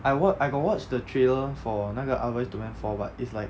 I wat~ I got watch the trailer for 那个 ah boys to men four but is like